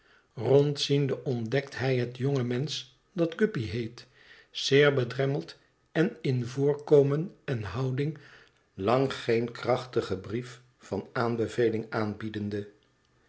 rondziende ontdekt hij het jonge mensch dat guppy heet zeer bedremmeld en in voorkomen en houding lang geen krachtigen brief van aanbeveling aanbiedende